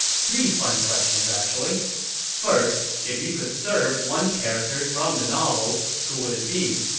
three fun questions, actually first, if you could serve one character from the novel, who would it be?